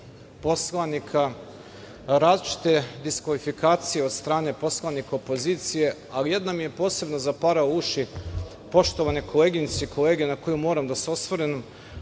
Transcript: poslanika različite diskvalifikacije od strane poslanika opozicije a jedan mi je posebno zaparao uši, poštovane koleginice i kolege na koju moram da se osvrnem,